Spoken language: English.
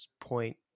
point